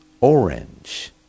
orange